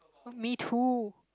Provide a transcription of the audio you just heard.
me too